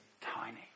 tiny